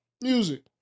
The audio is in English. music